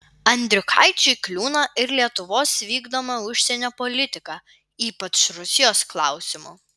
andriukaičiui kliūna ir lietuvos vykdoma užsienio politika ypač rusijos klausimu